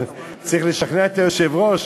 אבל צריך לשכנע את היושב-ראש.